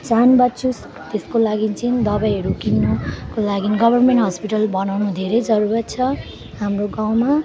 जान बँचोस् त्यसको लागि चाहिँ दबाईहरू किन्नुको लागि गभर्मेन्ट हस्पिटल बनाउनु धेरै जरुरत छ हाम्रो गाउँमा